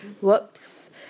whoops